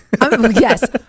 Yes